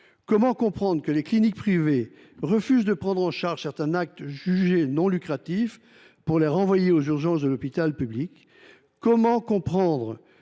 Comment comprendre que les cliniques privées refusent de prendre en charge certains actes jugés non lucratifs, les renvoyant aux urgences de l’hôpital public ? Comment comprendre